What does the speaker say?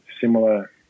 similar